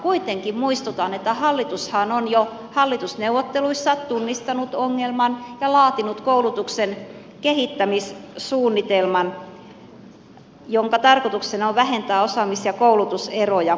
kuitenkin muistutan että hallitushan on jo hallitusneuvotteluissa tunnistanut ongelman ja laatinut koulutuksen kehittämissuunnitelman jonka tarkoituksena on vähentää osaamis ja koulutuseroja